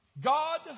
God